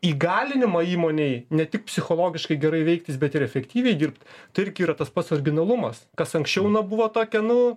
įgalinimą įmonėj ne tik psichologiškai gerai veiktis bet ir efektyviai dirbt tai irgi yra tas pats originalumas kas anksčiau buvo tokia nu